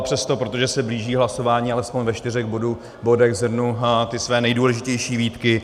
Přesto, protože se blíží hlasování, alespoň ve čtyřech bodech shrnu své nejdůležitější výtky.